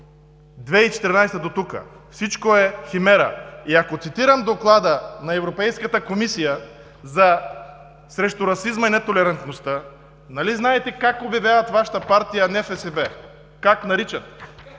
2014 г. дотук. Всичко е химера. Ако цитирам Доклада на Европейската комисия срещу расизма и нетолерантността, нали знаете как обвиняват Вашата партия и как наричат